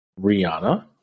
Rihanna